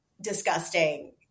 disgusting